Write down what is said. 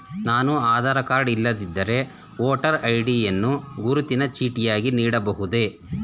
ನಾನು ಆಧಾರ ಕಾರ್ಡ್ ಇಲ್ಲದಿದ್ದರೆ voter ID ಯನ್ನು ಗುರುತಿನ ಚೀಟಿಯಾಗಿ ನೀಡಬಹುದೇ?